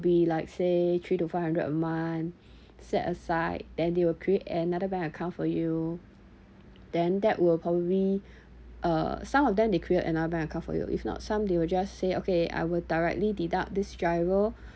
be like say three to five hundred a month set aside then they will create another bank account for you then that will probably uh some of them they create another bank account for you if not some they will just say okay I will directly deduct this GIRO